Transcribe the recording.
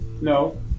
No